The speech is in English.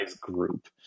group